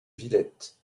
villette